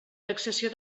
taxació